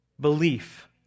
belief